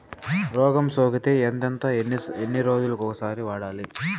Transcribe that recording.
రోగం సోకితే ఎంతెంత ఎన్ని రోజులు కొక సారి వాడాలి?